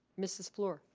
mrs. flor.